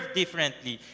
differently